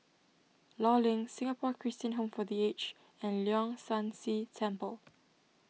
Law Link Singapore Christian Home for the Aged and Leong San See Temple